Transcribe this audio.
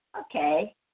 Okay